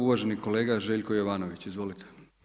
Uvaženi kolega Željko Jovanović Izvolite.